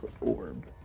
orb